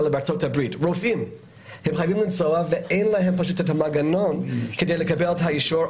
רופאים חייבים לנסוע ואין להם מנגנון כדי לקבל את האישור,